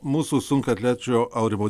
mūsų sunkiaatlečio aurimo